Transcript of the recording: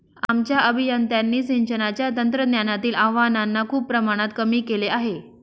आमच्या अभियंत्यांनी सिंचनाच्या तंत्रज्ञानातील आव्हानांना खूप प्रमाणात कमी केले आहे